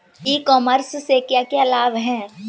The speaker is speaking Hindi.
ई कॉमर्स से क्या क्या लाभ हैं?